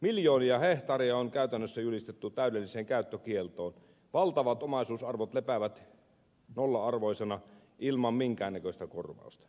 miljoonia hehtaareja on käytännössä julistettu täydelliseen käyttökieltoon valtavat omaisuusarvot lepäävät nolla arvoisina ilman minkään näköistä korvausta